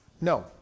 No